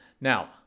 Now